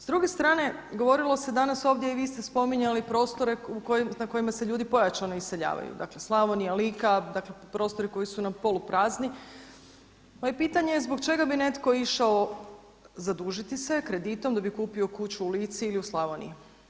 S druge strane govorilo se danas ovdje i vi ste spominjali prostore na kojima se ljudi pojačano iseljavaju, dakle Slavonija, Lika prostori koji su nam poluprazni, moje pitanje je zbog čega bi neko išao zadužiti se kreditom da bi kupio kuću u Lici ili u Slavoniji?